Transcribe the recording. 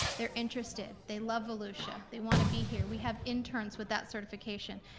they're interested, they love volusia, they wanna be here. we have inters with that certification.